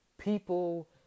People